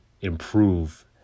Improve